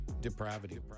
depravity